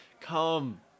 Come